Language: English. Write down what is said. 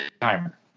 timer